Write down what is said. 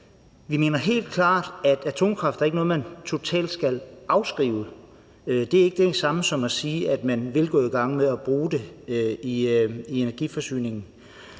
at vi helt klart mener, at atomkraft ikke er noget, man totalt skal afskrive. Det er ikke det samme som at sige, at man vil gå i gang med at bruge det i energiforsyningen.